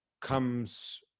comes